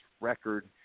record